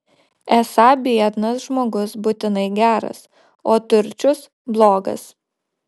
esą biednas žmogus būtinai geras o turčius blogas